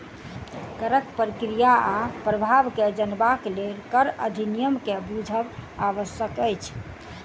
करक प्रक्रिया आ प्रभाव के जनबाक लेल कर अधिनियम के बुझब आवश्यक अछि